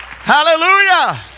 Hallelujah